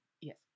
Yes